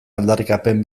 aldarrikapen